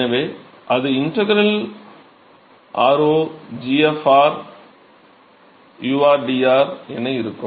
எனவே அது integral r0 g u rdr என இருக்கும்